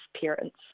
parents